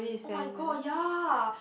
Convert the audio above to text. oh-my-god ya